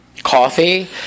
coffee